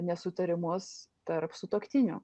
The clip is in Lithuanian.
nesutarimus tarp sutuoktinių